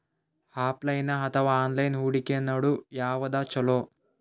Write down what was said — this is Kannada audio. ಆಫಲೈನ ಅಥವಾ ಆನ್ಲೈನ್ ಹೂಡಿಕೆ ನಡು ಯವಾದ ಛೊಲೊ?